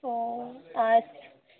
ओ अच्छा